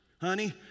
honey